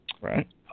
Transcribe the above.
Right